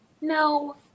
No